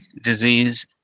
disease